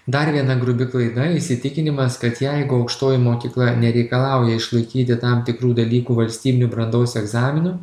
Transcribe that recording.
dar viena grubi klaida įsitikinimas kad jeigu aukštoji mokykla nereikalauja išlaikyti tam tikrų dalykų valstybinių brandos egzaminų